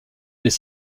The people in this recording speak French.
les